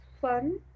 fun